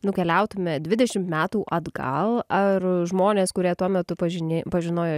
nukeliautume dvidešim metų atgal ar žmonės kurie tuo metu pažini pažinojo